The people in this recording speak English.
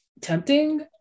tempting